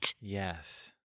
Yes